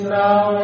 now